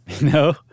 No